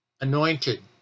anointed